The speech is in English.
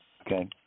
Okay